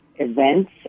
events